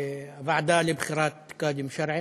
לוועדה לבחירת קאדים שרעים.